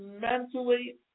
mentally